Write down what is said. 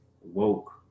woke